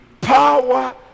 power